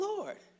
Lord